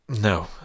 no